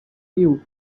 you